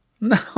No